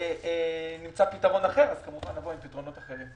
אם נמצא פתרון אחר אז כמובן נבוא עם פתרונות אחרים.